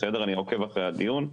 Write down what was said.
אני עוקב אחרי הדיון.